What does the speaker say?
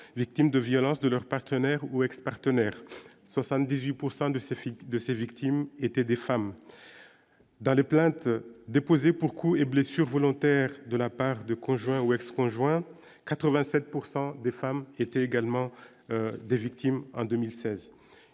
victime de violences de leur partenaire ou ex-partenaire 78 pourcent de sa fuite de ses victimes étaient des femmes. Dans les plaintes déposées pour coups et blessures volontaires de la part de conjoint ou ex-conjoint 87 pourcent des femmes étaient également des victimes en 2016,